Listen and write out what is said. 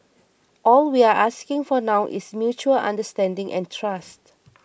all we're asking for now is mutual understanding and trust